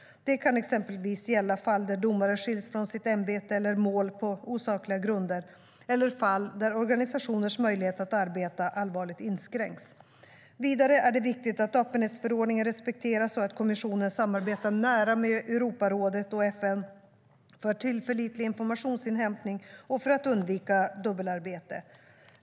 Det kan exempelvis gälla fall där domare skiljs från sitt ämbete eller mål på osakliga grunder, eller fall där organisationers möjlighet att arbeta allvarligt inskränks. Vidare är det viktigt att öppenhetsförordningen respekteras och att kommissionen samarbetar nära med Europarådet och FN för tillförlitlig informationsinhämtning och för att undvika dubbelarbete.